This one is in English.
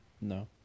No